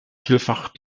vielfach